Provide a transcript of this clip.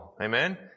Amen